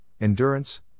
endurance